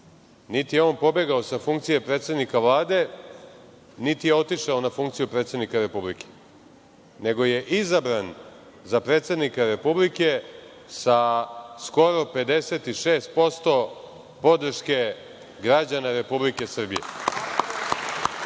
Niti je on pobegao sa funkcije predsednika Vlade, niti je otišao na funkciju predsednika Republike, nego je izabran za predsednika Republike sa skoro 56% podrške građana Republike Srbije. Ono